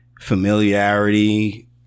familiarity